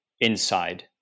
inside